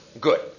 Good